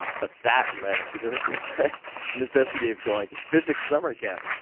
ah but that led to the necessity of going to physics summer camp.